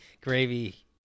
gravy